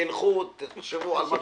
תחשבו על מה